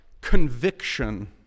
conviction